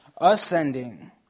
ascending